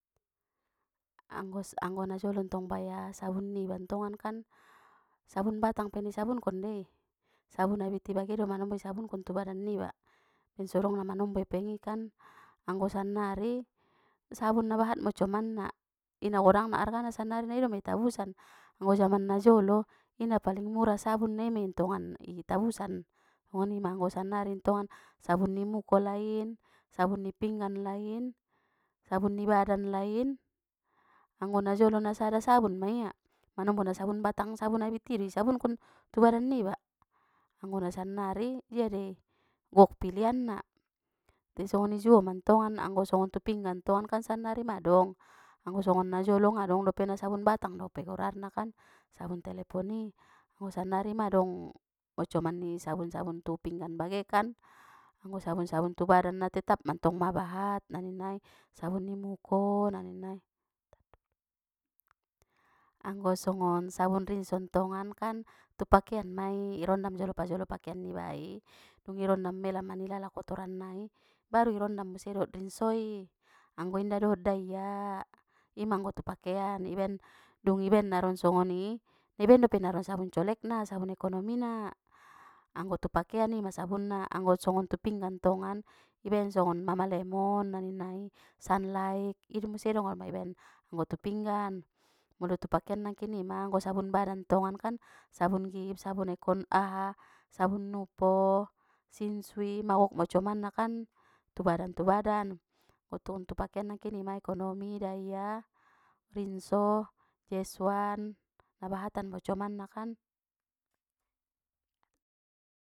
Anggo-anggo na jolo ntong baya sabun niba kan sabun batang pe na isabunkon dei sabun abit i bage do isabunkon tu badan niba baen sodong na manombo epeng i anggo sannari sabun na bahat mocoman na i na godang na argana sannari na idoma itabusan anggo jaman na jolo i napaling mura sabun na i mentonganna itabusan ngoni ma anggo sannari ntongan sabun ni muko lain sabun ni pinggan lain, sabun ni badan lain, anggo najolo na sada sabun ma ia manombo na sabun batang sabun abit i do isabunkon tu badan niba anggo na sannari jia dei gok pilianna te songoni juo mantongan anggo songon tu pinggan tongan kan sannari ma dong anggo songon na jolo ngadong dope na sabun batang dope gorarna kan sabun telepon i anggo sannari madong mocoman ni sabun-sabun tu pinggan bage anggo sabun-sabun tu badan na tetap mantong ma bahat na ninna i sabun ni muko na ninna i, anggo songon sabun rinso ntongan kan tu pakean ma i irondam jolo pajolo pakean niba i dung i rondam mela ma ni lala kotoran nai baru irondam muse dohot rinso i anggo inda dohot daia ima anggo tu pakean ibaen dung ibaen naron songoni na baen dope naron sabun colekna sabun ekonomina anggo tu pakean ima sabunna anggo songon tu pinggan tongan i baen songon mama lemon na ninna i sunlight i do museng do anggo tu pinggan molo tu pakean nangkin ima anggo sabun badan ntongan kan sabun giv sabun ekon-aha sabun nuvo sinshui ima gok mocoman na kan tu badan tu badan tu pakean nangkin ima ekonomi daia rinso jazz one na bahat an mocomanna kan.